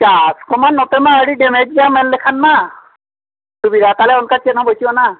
ᱪᱟᱥ ᱠᱚᱢᱟ ᱱᱚᱛᱮᱢᱟ ᱟᱹᱰᱤ ᱰᱮᱢᱮᱡᱽ ᱜᱮᱭᱟ ᱢᱮᱱ ᱞᱮᱠᱷᱟᱱᱢᱟ ᱥᱩᱵᱤᱫᱷᱟ ᱛᱟᱞᱮ ᱚᱱᱠᱟ ᱪᱮᱫ ᱦᱚᱸ ᱵᱟᱹᱪᱩᱜ ᱟᱱᱟ